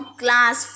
class